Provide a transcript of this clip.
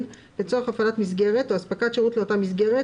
לצורך הפעלת מסגרת או אספקת שירות לאותה מסגרת,